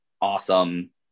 awesome